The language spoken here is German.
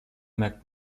merkt